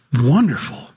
Wonderful